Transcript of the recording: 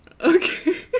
Okay